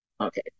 okay